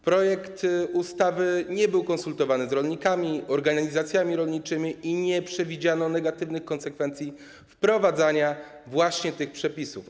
Projekt ustawy nie był konsultowany z rolnikami, organizacjami rolniczymi i nie przewidziano negatywnych konsekwencji wprowadzenia tych przepisów.